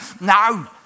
No